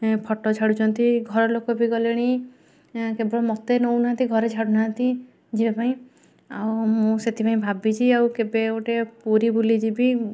photo ଛାଡ଼ୁଛନ୍ତି ଘର ଲୋକ ବି ଗଲେଣି କେବଳ ମୋତେ ନଉନାହାନ୍ତି ଘରେ ଛାଡ଼ୁନାହାନ୍ତି ଯିବା ପାଇଁ ଆଉ ମୁଁ ସେଥିପାଇଁ ଭାବିଛି ଆଉ କେବେ ଗୋଟେ ପୁରୀ ବୁଲି ଯିବି